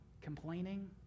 complaining